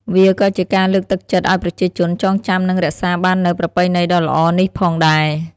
វាក៏ជាការលើកទឹកចិត្តឲ្យប្រជាជនចងចាំនិងរក្សាបាននូវប្រពៃណីដ៏ល្អនេះផងដែរ។